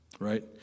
Right